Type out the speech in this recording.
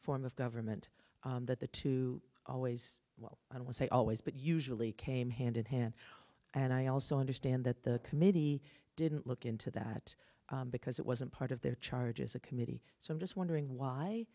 form of government that the two always well i would say always but usually came hand in hand and i also understand that the committee didn't look into that because it wasn't part of their charges a committee so i'm just wondering why